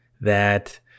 that-